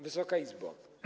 Wysoka Izbo!